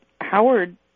Howard